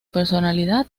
personalidad